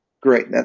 Great